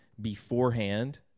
beforehand